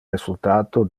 resultato